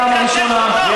בפעם הראשונה.